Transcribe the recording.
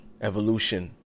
evolution